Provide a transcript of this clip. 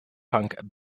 punk